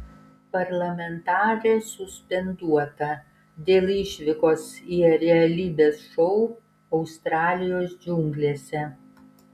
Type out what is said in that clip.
parlamentarė suspenduota dėl išvykos į realybės šou australijos džiunglėse